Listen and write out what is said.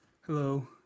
hello